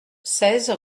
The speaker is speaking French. seize